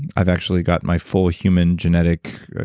i've actually got my full human genetic,